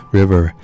River